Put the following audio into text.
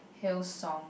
hill song